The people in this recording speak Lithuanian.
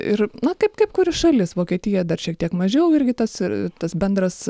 ir na kaip kaip kuri šalis vokietija dar šiek tiek mažiau irgi tas tas bendras